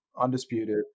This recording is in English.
undisputed